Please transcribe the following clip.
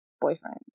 boyfriend